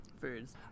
foods